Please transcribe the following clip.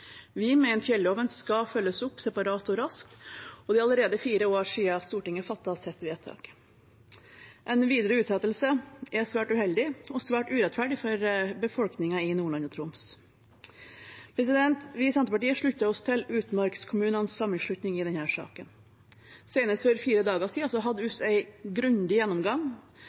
Vi mener at fjelloven skal følges opp separat og raskt, og det er allerede fire år siden Stortinget fattet sitt vedtak. En videre utsettelse er svært uheldig og svært urettferdig for befolkningen i Nordland og Troms. Vi i Senterpartiet slutter oss til Utmarkskommunenes Sammenslutning, USS, i denne saken. Senest for fire dager siden hadde USS en grundig gjennomgang